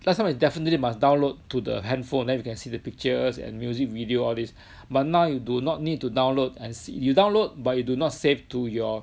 last time you definitely must download to the handphone then you can see the pictures and music video all these but now you do not need to download and se~ you download but you do not save to your